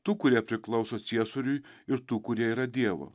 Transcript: tų kurie priklauso ciesoriui ir tų kurie yra dievo